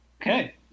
okay